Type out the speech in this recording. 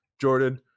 Jordan